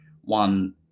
one